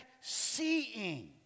seeing